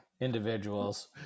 individuals